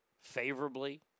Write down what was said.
favorably